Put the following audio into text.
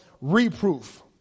reproof